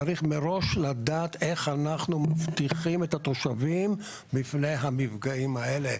צריך מראש לדעת איך אנחנו מבטיחים את התושבים מפני המפגעים האלה.